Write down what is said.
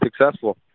successful